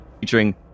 featuring